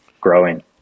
growing